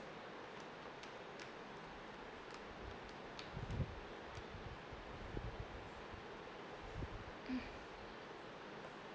mm